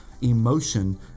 emotion